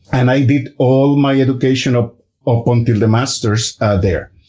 and i did all my education ah up until the master's there.